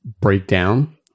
breakdown